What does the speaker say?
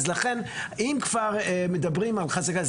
לכן אם כבר מדברים על חזקה,